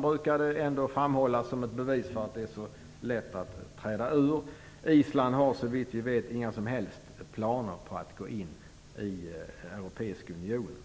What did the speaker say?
brukade framhållas som ett bevis för att det är så lätt att träda ur. Island har såvitt vi vet inga som helst planer på att gå in i Europeiska unionen.